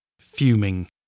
fuming